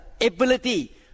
ability